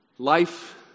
Life